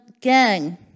Gang